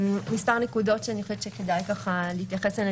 מוספר נקודות שאני חושבת שכדאי להתייחס אליהן